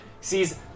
sees